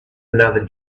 another